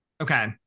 Okay